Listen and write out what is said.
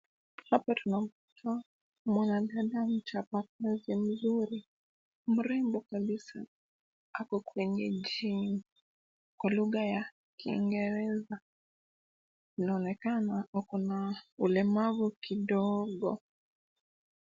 Hapa tunaona mwanadada mchapakazi mzuri mrembo kabisa ako kwenye gym kwa lugha ya Kingereza. Anaonekana ako na ulemavu kidogo.